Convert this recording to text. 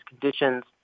conditions